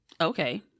Okay